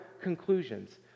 conclusions